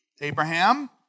Abraham